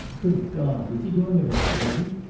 good god, was he doing it already?